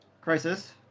Crisis